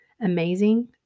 amazing